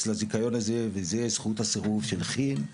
לזיכיון הזה וזה זכות הסירוב של כיל.